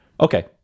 okay